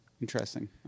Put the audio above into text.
Interesting